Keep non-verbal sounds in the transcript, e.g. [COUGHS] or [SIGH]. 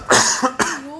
[COUGHS]